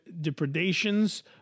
depredations